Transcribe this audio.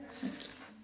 okay